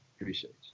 Appreciate